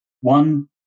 one